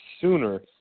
sooner